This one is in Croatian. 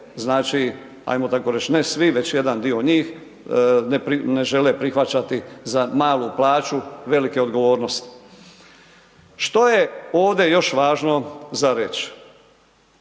znači ajmo tako reći, ne svi već jedan dio njih ne žele prihvaćati za malu plaću velike odgovornosti. Što je ovdje još važno za reći?